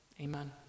Amen